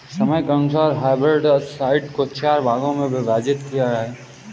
समय के अनुसार हर्बिसाइड्स को चार भागों मे विभाजित किया है